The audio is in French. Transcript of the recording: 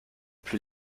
plus